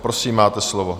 Prosím, máte slovo.